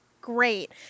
great